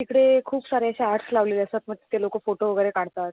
तिकडे खूप सारे असे आर्ट्स लावलेले असतात मग तिथे लोक फोटो वगैरे काढतात